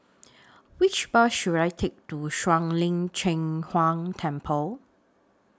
Which Bus should I Take to Shuang Lin Cheng Huang Temple